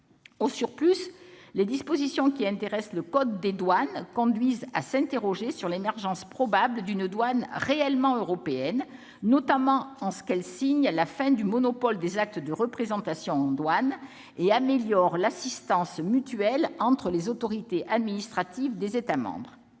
ailleurs, les dispositions intéressant le code des douanes conduisent à s'interroger sur l'émergence probable d'une douane réellement européenne, notamment en ce qu'elles signent la fin du monopole des actes de représentation en douane et améliorent l'assistance mutuelle entre les autorités administratives des États membres.